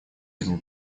этим